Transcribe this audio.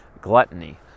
gluttony